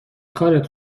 کارت